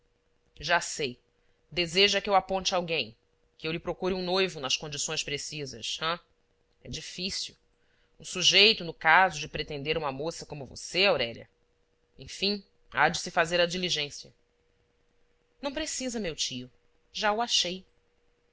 já sei deseja que eu aponte alguém que eu lhe procure um noivo nas condições precisas hã é difícil um sujeito no caso de pretender uma moça como você aurélia enfim há de se fazer a diligência não precisa meu tio já o achei